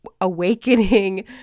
awakening